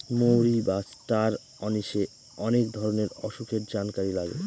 মৌরি বা star anise অনেক ধরনের অসুখের জানকারি লাগে